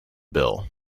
bill